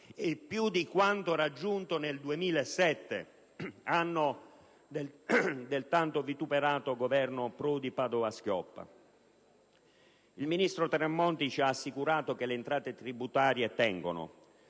e più di quanto raggiunto nel 2007, anno del tanto vituperato Governo Prodi/Padoa-Schioppa. Il ministro Tremonti ci ha assicurato che le entrate tributarie tengono.